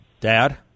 Dad